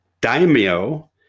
daimyo